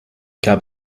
gab